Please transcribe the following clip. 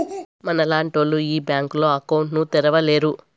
మనలాంటోళ్లు ఈ బ్యాంకులో అకౌంట్ ను తెరవలేరు